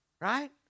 Right